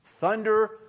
Thunder